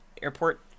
airport